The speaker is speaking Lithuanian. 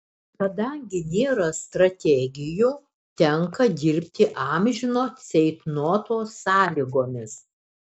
kadangi nėra strategijų tenka dirbti amžino ceitnoto sąlygomis